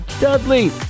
Dudley